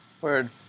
Word